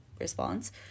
response